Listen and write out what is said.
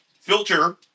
filter